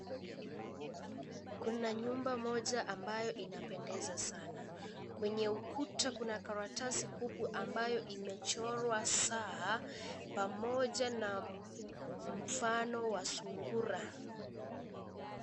Kuna nyumba mmoja ambayo inapendeza sana kwenye ukuta kuna karatasi kubwa ambayo imechorwa saa pamoja na mfano wa sungura.